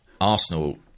Arsenal